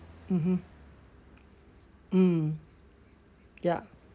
mmhmm mm yup